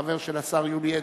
והחבר של השר יולי אדלשטיין.